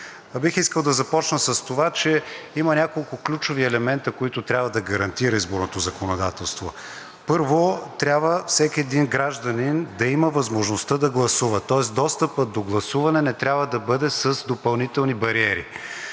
Бих искал да запозна с това, че има няколко ключови елемента, които трябва да гарантира изборното законодателство. Първо, трябва всеки един гражданин да има възможността да гласува, тоест достъпът до гласуване не трябва да бъде с допълнителни бариери